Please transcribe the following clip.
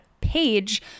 page